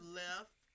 left